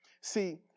See